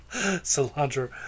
Cilantro